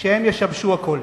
שהם ישבשו הכול.